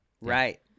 right